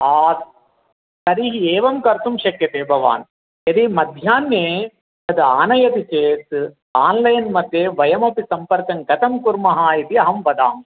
तर्हि एवं कर्तु शक्यते भवान् यदि मध्याह्णे तदानयति चेत् आन्लैन् मध्ये वयमपि सम्पर्कङ्कथं कुर्मः इति अहं वदामि